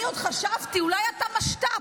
אני עוד חשבתי שאולי אתה משת"פ.